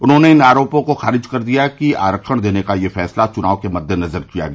उन्होंने इन आरोपों को खारिज कर दिया कि आरक्षण देने का यह फैसला चुनाव के मद्देनजर किया गया